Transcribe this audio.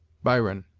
byron.